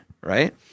right